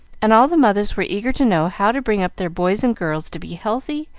and all the mothers were eager to know how to bring up their boys and girls to be healthy,